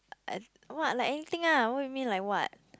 I I what like anything ah what you mean like what